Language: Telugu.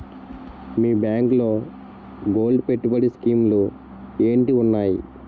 మీ బ్యాంకులో గోల్డ్ పెట్టుబడి స్కీం లు ఏంటి వున్నాయి?